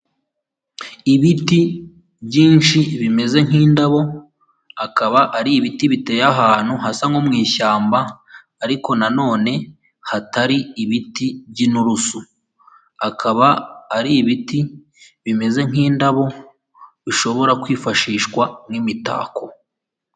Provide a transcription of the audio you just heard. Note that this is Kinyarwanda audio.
Ibiti byinshi bimeze nk'indabo, akaba ari ibiti biteye ahantu hasa nko mu ishyamba, ariko nanone hatari ibiti b'yinturusu, akaba ari ibiti bimeze nk'indabo, bishobora kwifashishwa n'imitako.